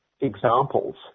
examples